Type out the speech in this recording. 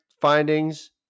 findings